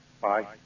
bye